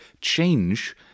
change